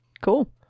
Cool